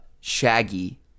Shaggy